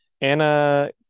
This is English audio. Anna